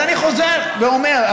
אז אני חוזר ואומר,